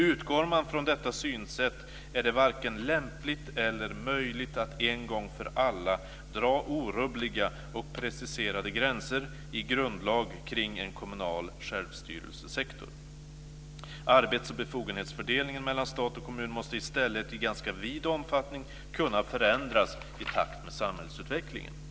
Utgår man från detta synsätt, är det varken lämpligt eller möjligt att en gång för alla dra orubbliga och preciserade gränser i grundlag kring en kommunal självstyrelsesektor. Arbets och befogenhetsfördelningen mellan stat och kommun måste istället i ganska vid omfattning kunna förändras i takt med samhällsutvecklingen."